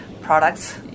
products